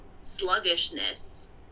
sluggishness